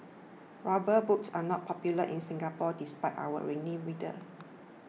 rubber boots are not popular in Singapore despite our rainy weather